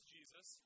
Jesus